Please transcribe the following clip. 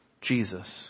Jesus